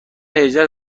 هجده